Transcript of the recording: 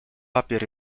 papier